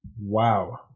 Wow